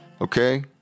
okay